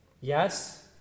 Yes